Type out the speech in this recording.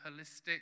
holistic